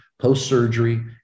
post-surgery